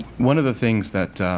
one of the things that